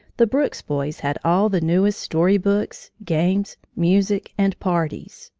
the brooks boys had all the newest story-books, games, music, and parties,